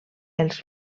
els